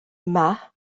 yma